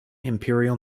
imperial